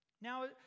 Now